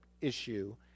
issue